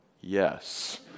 yes